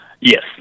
yes